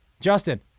Justin